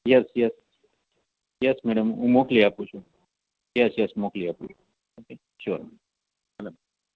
yes yes madam હું મોકલી આપું છું યસ યસ મોકલી આપું છું ઓકે શ્યોર